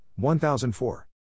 1004